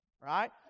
right